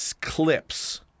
clips